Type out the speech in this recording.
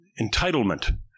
entitlement